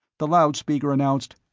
the loudspeaker announced,